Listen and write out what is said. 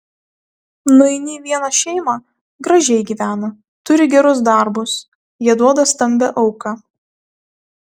nueini į vieną šeimą gražiai gyvena turi gerus darbus jie duoda stambią auką